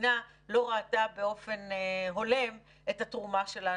המדינה לא ראתה באופן הולם את התרומה שלנו.